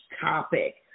topic